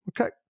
Okay